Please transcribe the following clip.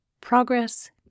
progress